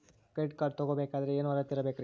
Credit card ತೊಗೋ ಬೇಕಾದರೆ ಏನು ಅರ್ಹತೆ ಇರಬೇಕ್ರಿ?